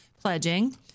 pledging